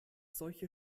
solche